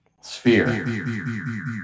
Sphere